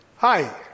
Hi